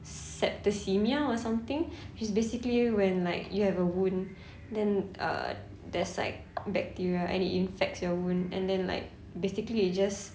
septicaemia or something which is basically when like you have a wound then uh there's like bacteria and it infects your wound and then like basically you just